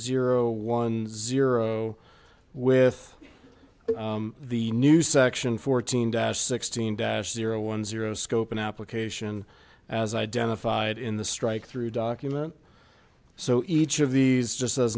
zero one zero with the new section fourteen dash sixteen dash zero one zero scope and application as identified in the strikethrough document so each of these just as